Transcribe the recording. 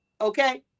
Okay